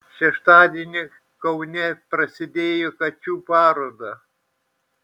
šeštadienį kaune prasidėjo kačių paroda